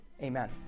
Amen